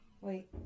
Wait